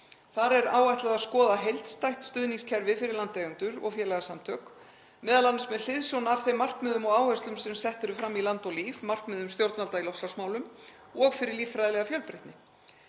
Þar er áætlað að skoða heildstætt stuðningskerfi fyrir landeigendur og félagasamtök, m.a. með hliðsjón af þeim markmiðum og áherslum sem sett eru fram í Land og líf, markmiðum stjórnvalda í loftslagsmálum og fyrir líffræðilega fjölbreytni.